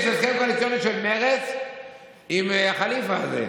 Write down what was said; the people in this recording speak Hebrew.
יש הסכם קואליציוני של מרצ עם הח'ליפה הזה,